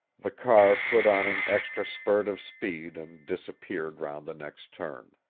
the car put on an extra spurt of speed and disappeared round the next turn.